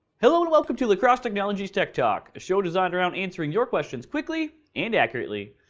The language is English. hello and welcome to la crosse technology's tech talk. a show designed around answering your questions quickly and accurately.